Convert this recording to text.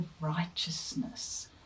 Righteousness